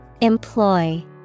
Employ